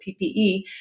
PPE